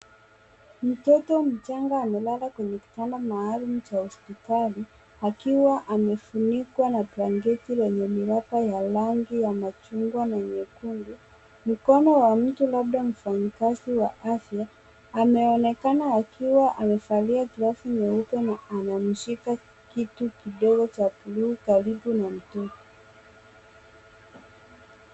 Mtoto mchanga amelala kwenye kitanda maalum cha hospitali akiwa amefunikwa na blanketi yenye miraba ya rangi ya machungwa na nyekundu. Mikono wa mtu labda mfanyikazi wa afya ameonekana akiwa amevalia glavu nyeupe na anamshika kitu kidogo cha bluu karibu na tumbo.